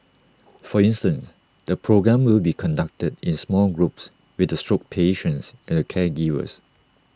for instance the programme will be conducted in small groups with the stroke patients and their caregivers